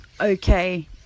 Okay